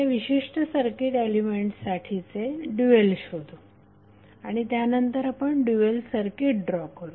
ह्या विशिष्ट सर्किट एलिमेंट्ससाठी चे ड्यूएल शोधु आणि त्यानंतर आपण ड्यूएल सर्किट ड्रॉ करू